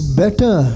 better